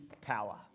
power